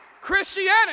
Christianity